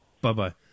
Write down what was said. bye-bye